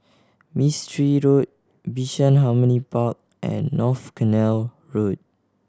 Mistri Road Bishan Harmony Park and North Canal Road